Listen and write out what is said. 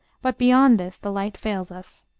but beyond this the light fails us.